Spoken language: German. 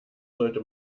sollte